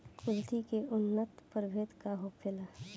कुलथी के उन्नत प्रभेद का होखेला?